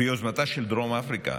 ביוזמתה של דרום אפריקה,